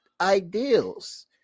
Ideals